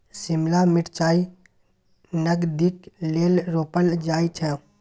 शिमला मिरचाई नगदीक लेल रोपल जाई छै